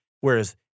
Whereas